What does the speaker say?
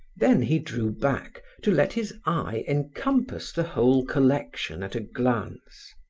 then he drew back to let his eye encompass the whole collection at a glance.